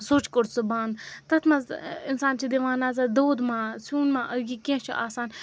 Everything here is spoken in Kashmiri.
سُچ کوٚرسُہ بَنٛد تٔتھۍ مَنٛز اِنسان چھِ دِوان نَظر دوٚد ما سیُن ما یہِ کیٚنٛہہ چھُ آسان